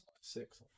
Six